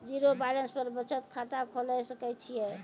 Zero balance पर बचत खाता खोले सकय छियै?